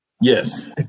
Yes